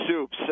soups